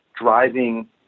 driving